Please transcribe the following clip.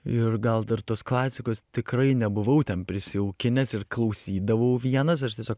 ir gal dar tos klasikos tikrai nebuvau ten prisijaukinęs ir klausydavau vienas aš tiesiog